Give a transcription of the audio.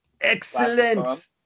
Excellent